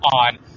on